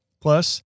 Plus